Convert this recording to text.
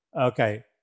okay